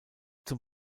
zum